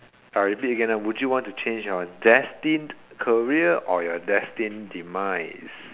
I repeat again ah would you want to change your destined career or your destined demise